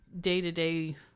day-to-day